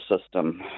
system